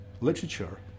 literature